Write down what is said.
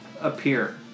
appear